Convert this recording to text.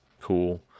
cool